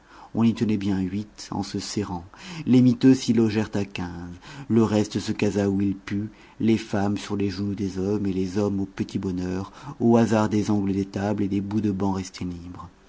on y tenait bien huit en se serrant les miteux s'y logèrent à quinze le reste se casa où il put les femmes sur les genoux des hommes et les hommes au petit bonheur au hasard des angles de tables et des bouts de bancs restés libres